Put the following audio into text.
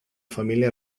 familia